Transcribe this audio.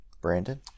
Brandon